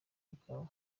bwawe